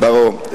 ברור.